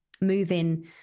moving